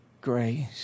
grace